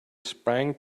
sprang